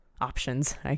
options